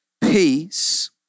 Peace